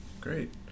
great